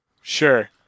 Sure